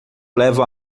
leva